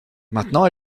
maintenant